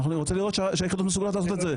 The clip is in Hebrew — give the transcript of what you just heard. אני רוצה לראות שהיחידות מסוגלות לעשות את זה.